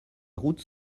routes